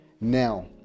now